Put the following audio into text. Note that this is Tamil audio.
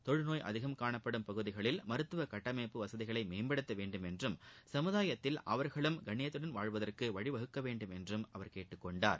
தொழுநோய் அதிகம் காணப்படும் பகுதிகளில் மருத்துவக் கட்டமைப்பு வசதிகளை மேம்படுத்த வேண்டும் என்றும் சமுதாயத்தில் அவர்களும் கண்ணியத்துடன் வாழ்வதற்கு வழி வகுக்க வேண்டும் என்றும் அவர் கேட்டுக் கொண்டார்